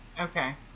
okay